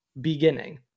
beginning